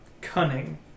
cunning